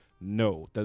No